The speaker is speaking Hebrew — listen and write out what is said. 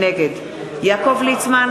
נגד יעקב ליצמן,